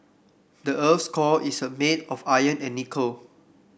the earth's core is a made of iron and nickel